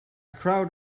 crowd